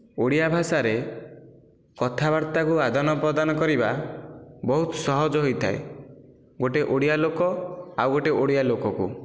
ଓଡ଼ିଆ ଭାଷାରେ କଥାବାର୍ତ୍ତାକୁ ଆଦାନ ପ୍ରଦାନ କରିବା ବହୁତ ସହଜ ହୋଇଥାଏ ଗୋଟିଏ ଓଡ଼ିଆ ଲୋକ ଆଉ ଗୋଟିଏ ଓଡ଼ିଆ ଲୋକକୁ